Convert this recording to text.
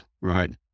right